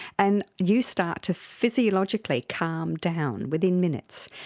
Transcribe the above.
and you start to physiologically calm down within minutes.